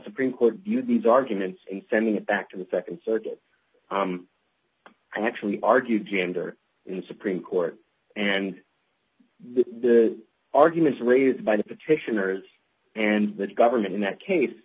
supreme court viewed these arguments and sending it back to the nd circuit i actually argued cmdr in supreme court and the arguments raised by the petitioners and the government in that case